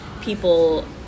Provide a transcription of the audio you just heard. people